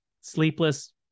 sleepless